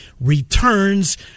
returns